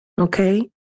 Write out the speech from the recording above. Okay